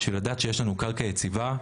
בשביל לדעת שיש לנו קרקע יציבה.